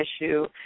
issue